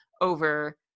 over